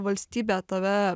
valstybė tave